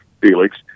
Felix